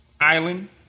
island